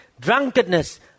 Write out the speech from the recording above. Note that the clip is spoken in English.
drunkenness